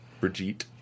Brigitte